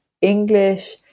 English